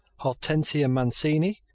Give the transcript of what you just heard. hortensia mancini,